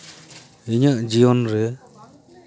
ᱤᱧᱟᱹᱜ ᱡᱤᱭᱚᱱ ᱨᱮ